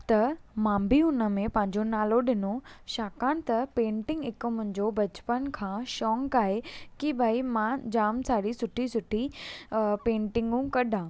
त मां बि हुनमें पांहिंजो नालो ॾिनो छाकाणि त पेंटिग हिकु मुंहिंजो बचपन खां शौंक़ु आहे की भाई मां जाम सारी सुठी सुठी पेंटिगू कढां